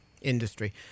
industry